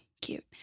Cute